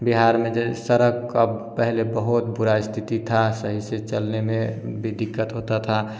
बिहार में जैसे सड़क अब पहले बहुत बुरा स्तिथि था सही से चलने में भी दिक्कत होता था